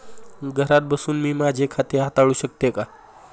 घरात बसून मी माझे खाते हाताळू शकते का?